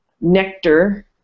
nectar